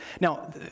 Now